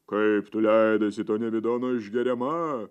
kaip tu leidaisi to nevidono išgeriama